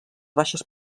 baixes